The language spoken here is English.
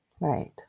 Right